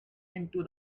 into